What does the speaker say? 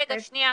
שנייה,